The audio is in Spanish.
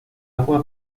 agua